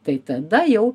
tai tada jau